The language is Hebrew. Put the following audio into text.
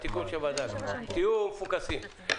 התיקון ב-7(ד), תהיו מפוקסים.